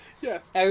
yes